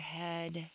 head